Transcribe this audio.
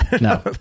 No